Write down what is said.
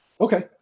Okay